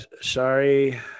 sorry